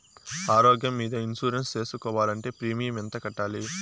ఆరోగ్యం మీద ఇన్సూరెన్సు సేసుకోవాలంటే ప్రీమియం ఎంత కట్టాలి?